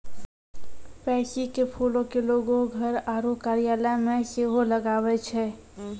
pansy के फूलो के लोगें घर आरु कार्यालय मे सेहो लगाबै छै